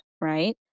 right